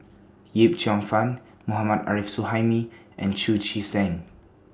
Yip Cheong Fun Mohammad Arif Suhaimi and Chu Chee Seng